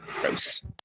Gross